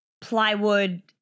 plywood